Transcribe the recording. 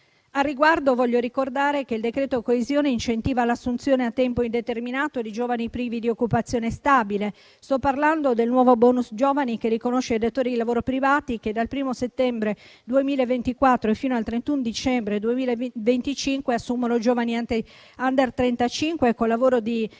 Al riguardo, voglio ricordare che il decreto coesione incentiva l'assunzione a tempo indeterminato di giovani privi di occupazione stabile. Sto parlando del nuovo *bonus* giovani, che riconosce ai datori di lavoro privati che, dal 1° settembre 2024 e fino al 31 dicembre 2025, assumono giovani *under* 35 con contratto di lavoro